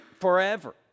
forever